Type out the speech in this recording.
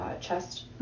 chest